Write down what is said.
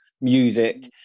music